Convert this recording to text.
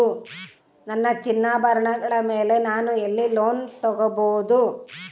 ನನ್ನ ಚಿನ್ನಾಭರಣಗಳ ಮೇಲೆ ನಾನು ಎಲ್ಲಿ ಲೋನ್ ತೊಗೊಬಹುದು?